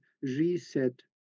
reset